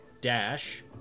dash